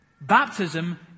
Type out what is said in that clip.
Baptism